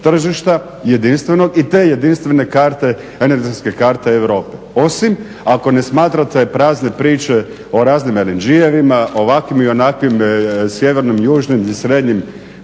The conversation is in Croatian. tržišta jedinstvenog i te jedinstvene karte, energetske karte Europe. Osim ako ne smatrate prazne priče o raznim eneđijevima, ovakvim i onakvim sjevernim, južim i srednjim